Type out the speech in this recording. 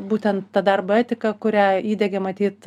būtent ta darbo etika kurią įdiegė matyt